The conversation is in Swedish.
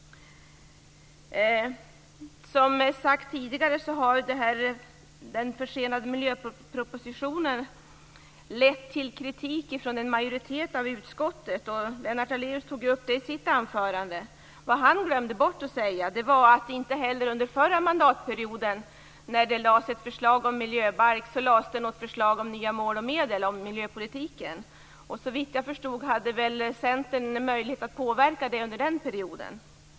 Som sagts tidigare har den försenade miljöpropositionen lett till kritik från en majoritet i utskottet, och Lennart Daléus tog upp det i sitt anförande. Vad han glömde säga var att det inte heller kom något förslag om mål och medel i miljöpolitiken under förra mandatperioden, när förslag till miljöbalk lades fram. Såvitt jag förstår hade väl Centern möjlighet att påverka det under den perioden.